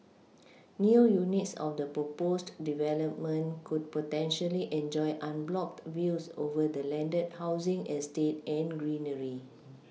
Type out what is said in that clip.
new units of the proposed development could potentially enjoy unblocked views over the landed housing estate and greenery